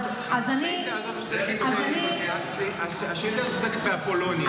השאילתה הזאת עוסקת באפולוניה.